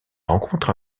rencontre